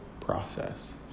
process